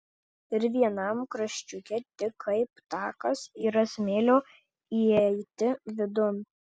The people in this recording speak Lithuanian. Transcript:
ir vienam kraščiuke tik kaip takas yra smėlio įeiti vidun